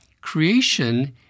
creation